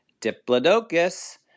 Diplodocus